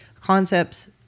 concepts